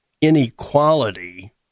inequality